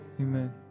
amen